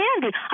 candy